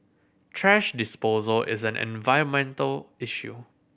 thrash disposal is an environmental issue